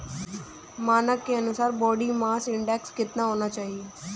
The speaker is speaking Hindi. मानक के अनुसार बॉडी मास इंडेक्स कितना होना चाहिए?